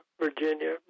Virginia